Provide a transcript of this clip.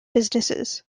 businesses